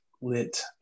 lit